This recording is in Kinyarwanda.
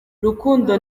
rukundo